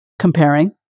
comparing